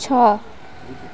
छ